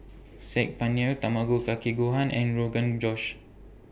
Saag Paneer Tamago Kake Gohan and Rogan Josh